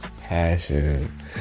Passion